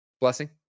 Blessing